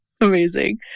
Amazing